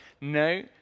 No